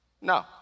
No